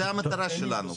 זו המטרה שלנו.